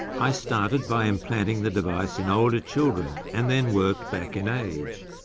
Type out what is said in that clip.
i started by implanting the device in older children and then worked back in age.